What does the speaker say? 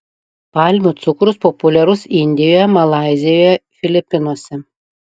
palmių cukrus populiarus indijoje malaizijoje filipinuose